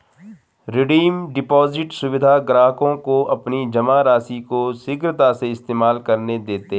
redeem deposit सुविधा ग्राहकों को अपनी जमा राशि को शीघ्रता से इस्तेमाल करने देते है